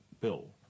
Bill